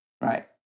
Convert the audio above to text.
Right